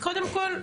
קודם כל,